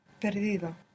Perdido